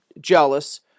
jealous